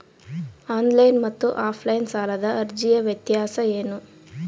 Online ಮತ್ತು offline ಸಾಲದ ಅರ್ಜಿಯ ವ್ಯತ್ಯಾಸ ಏನು?